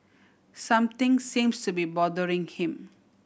something seems to be bothering him